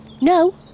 No